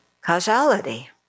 causality